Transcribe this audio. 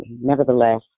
Nevertheless